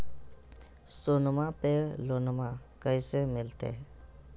सोनमा पे लोनमा कैसे मिलते?